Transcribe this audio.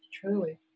truly